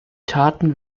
taten